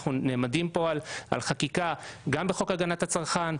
אנחנו נעמדים כאן על חקיקה גם בחוק הגנת הצרכן,